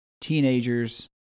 teenagers